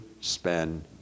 spend